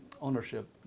ownership